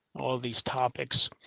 all of these topics.